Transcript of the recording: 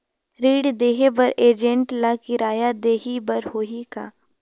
ऋण देहे बर एजेंट ला किराया देही बर होही का?